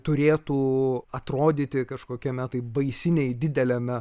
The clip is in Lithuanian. turėtų atrodyti kažkokiame tai baisiniai dideliame